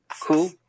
cool